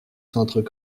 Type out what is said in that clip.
centres